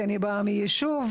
כי אני באה מישוב,